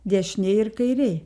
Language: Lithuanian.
dešinėj ir kairėj